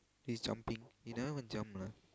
he's jumping he never even jump lah